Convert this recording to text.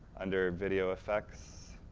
under video effects,